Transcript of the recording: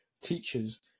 teachers